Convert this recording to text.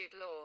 law